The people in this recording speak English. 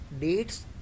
dates